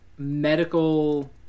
Medical